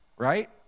Right